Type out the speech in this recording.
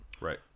Right